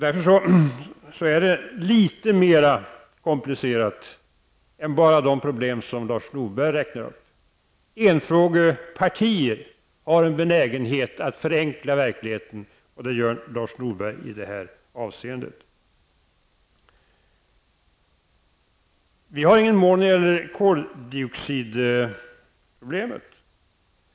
Därför är det litet mer komplicerat, och problemen är litet fler än de som Lars Norberg räknar upp. Enfrågepartiet har en benägenhet att förenkla verkligheten, och det gör Lars Norberg i det här avseendet. Har vi inget mål när det gäller koldioxidproblemet?